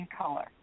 color